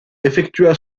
effectua